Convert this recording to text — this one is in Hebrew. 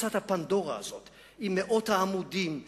קופסת הפנדורה הזאת עם מאות העמודים,